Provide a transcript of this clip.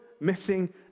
missing